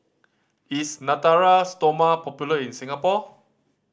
is Natura Stoma popular in Singapore